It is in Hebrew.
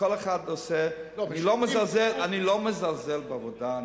אני לא מזלזל בעבודה.